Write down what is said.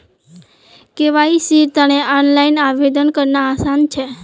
केवाईसीर तने ऑनलाइन आवेदन करना आसान छ